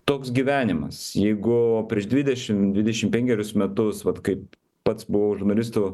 toks gyvenimas jeigu prieš dvidešim dvidešim penkerius metus vat kaip pats buvau žurnalistu